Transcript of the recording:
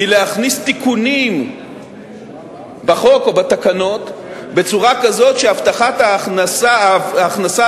היא להכניס תיקונים בחוק או בתקנות בצורה כזאת שהבטחת ההכנסה